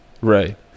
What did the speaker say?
right